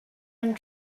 and